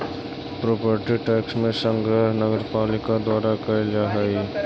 property tax के संग्रह नगरपालिका द्वारा कैल जा हई